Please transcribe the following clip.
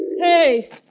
Hey